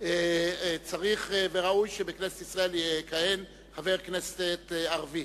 צריך וראוי שבכנסת ישראל יכהן חבר כנסת ערבי.